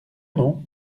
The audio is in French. non